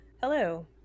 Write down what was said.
Hello